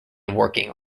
working